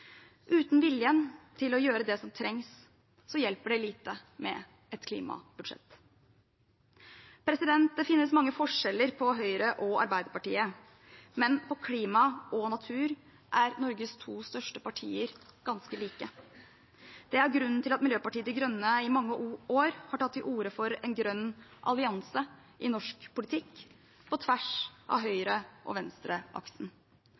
Uten viljen til å gjøre det som trengs, hjelper det lite med et klimabudsjett. Det finnes mange forskjeller på Høyre og Arbeiderpartiet, men på klima og natur er Norges to største partier ganske like. Det er grunnen til at Miljøpartiet De Grønne i mange år har tatt til orde for en grønn allianse i norsk politikk, på tvers av